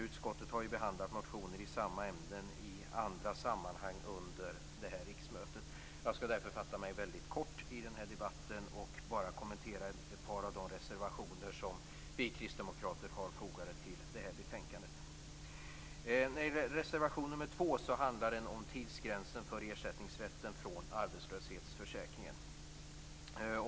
Utskottet har ju behandlat motioner i samma ämnen i andra sammanhang under det här riksmötet. Jag skall därför fatta mig mycket kort i den här debatten och bara kommentera ett par av de reservationer som vi kristdemokrater har fogade till betänkandet. Reservation nr 2 handlar om tidsgränsen för ersättningsrätten från arbetslöshetsförsäkringen.